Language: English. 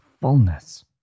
fullness